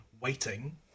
Waiting